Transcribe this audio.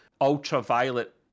ultraviolet